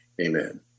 amen